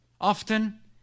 often